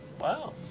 Wow